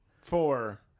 four